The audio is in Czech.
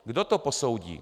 Kdo to posoudí?